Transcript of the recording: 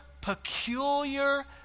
peculiar